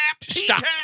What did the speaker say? Stop